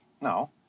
No